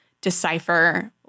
decipher